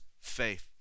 faith